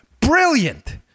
brilliant